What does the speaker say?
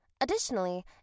Additionally